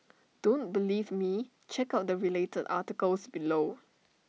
don't believe me check out the related articles below